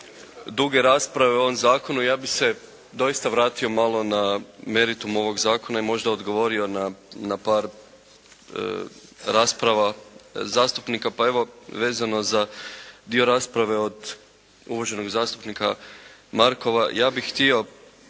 duge rasprave o ovom zakonu, ja bih se doista vratio malo na meritum ovog zakona i možda odgovorio na par rasprava zastupnika, pa evo vezano za dio rasprave od uvaženog zastupnika Markova. Ja bih htio